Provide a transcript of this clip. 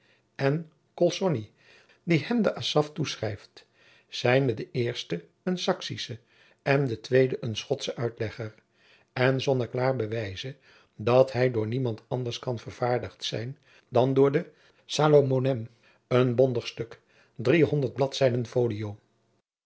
en colsonni die hem den asaph toeschrijft zijnde de eerste een saksische en de tweede een schotsche uitlegger en zonneklaar bewijze dat hij door niemand anders kan vervaardigd zijn dan door salomonem een bondig stuk driehonderd bladzijden